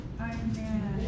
Amen